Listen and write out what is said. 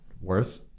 worth